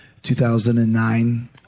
2009